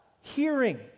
Hearing